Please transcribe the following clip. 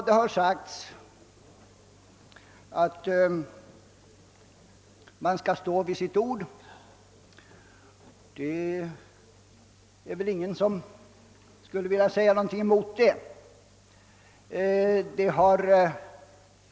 Det har sagts att man skall stå vid sitt ord, och ingen opponerar väl mot det.